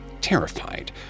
Terrified